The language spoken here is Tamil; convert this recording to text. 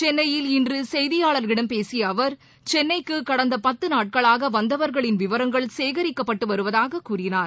சென்னையில் இன்று செய்தியாளர்களிடம் பேசிய அவர் சென்னைக்கு கடந்த பத்து நாட்களாக வந்தவர்களின் விவரங்கள் சேகரிக்கப்பட்டு வருவதாக கூறினார்